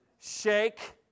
Shake